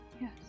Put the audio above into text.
Yes